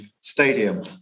stadium